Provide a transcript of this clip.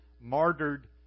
martyred